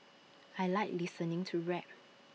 I Like listening to rap